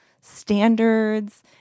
standards